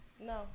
No